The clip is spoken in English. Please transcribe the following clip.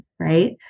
right